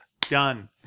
Done